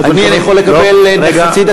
אדוני, אני יכול לקבל חצי דקה?